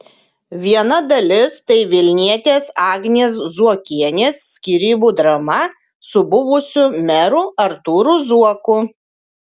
viena dalis tai vilnietės agnės zuokienės skyrybų drama su buvusiu meru artūru zuoku